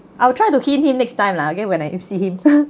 I will try to hint him next time lah okay when I see him